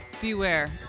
Beware